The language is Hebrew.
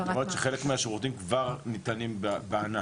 סוגר את כל הפינות.